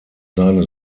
seine